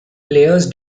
players